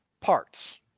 parts